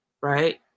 right